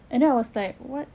and then I was like what